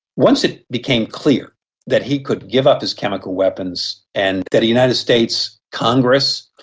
once it became clear that he could give up his chemical weapons and that the united states congress,